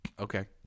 Okay